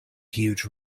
huge